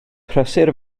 prysur